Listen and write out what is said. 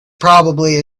probably